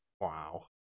Wow